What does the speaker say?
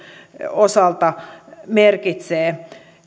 osalta merkitsee